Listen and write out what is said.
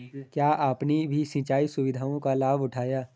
क्या आपने भी सिंचाई सुविधाओं का लाभ उठाया